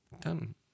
Done